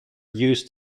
used